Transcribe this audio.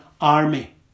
army